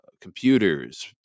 computers